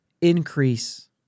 increase